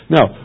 Now